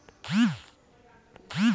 ভেড়ার মাংস খায় বলে ভেড়া কাটা হয়